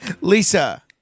Lisa